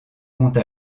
compte